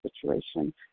situation